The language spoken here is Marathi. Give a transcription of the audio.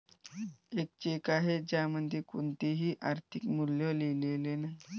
एक चेक आहे ज्यामध्ये कोणतेही आर्थिक मूल्य लिहिलेले नाही